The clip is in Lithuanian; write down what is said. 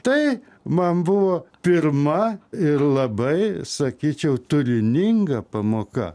tai man buvo pirma ir labai sakyčiau turininga pamoka